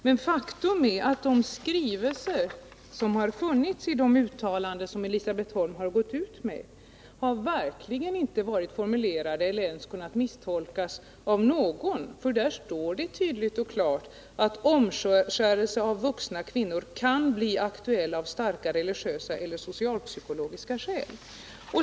Men faktum är att de skrivningar som funnits i de uttalanden som Elisabet Holm gått ut med inte kunnat misstolkas av någon, för där står tydligt och klart att omskärelse av kvinnor ”kan bli aktuell av starka religiösa eller social-psykologiska skäl”.